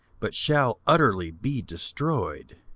but shall utterly be destroyed.